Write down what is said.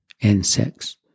insects